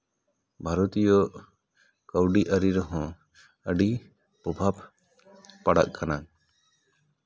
ᱵᱷᱟᱨᱚᱛᱤᱭᱚ ᱠᱟᱹᱣᱰᱤ ᱟᱹᱨᱤ ᱨᱮᱦᱚᱸ ᱟᱹᱰᱤ ᱯᱨᱚᱵᱷᱟᱵᱽ ᱯᱟᱲᱟᱜ ᱠᱟᱱᱟ